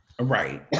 Right